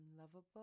lovable